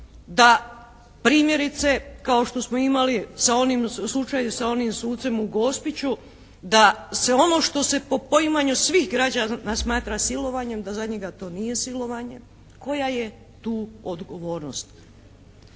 da primjerice kao što smo imali slučaj sa onim sucem u Gospiću, da se ono što se po poimanju svih građana smatra silovanjem, da za njega to nije silovanje, koja je tu odgovornost?